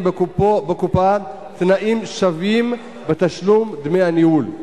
בקופה תנאים שווים בתשלום דמי הניהול,